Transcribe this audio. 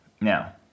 now